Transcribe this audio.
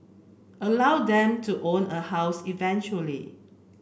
allow them to own a house eventually